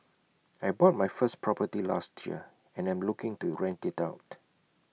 I bought my first property last year and am looking to rent IT out